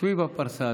שבי בפרסה,